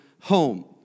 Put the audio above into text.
home